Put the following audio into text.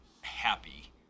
happy